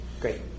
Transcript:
great